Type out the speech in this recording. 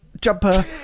jumper